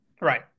Right